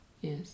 yes